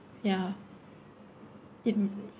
ya it